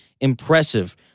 impressive